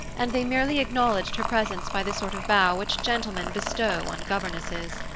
and they merely acknowledged her presence by the sort of bow which gentlemen bestow on governesses.